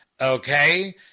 okay